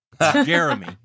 Jeremy